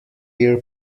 year